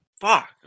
Fuck